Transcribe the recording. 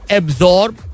absorb